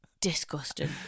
Disgusting